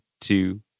two